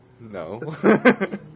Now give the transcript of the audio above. No